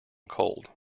cold